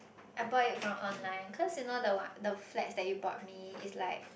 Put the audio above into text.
I bought it from online cause you know the one the flats that you bought me it's like